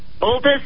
oldest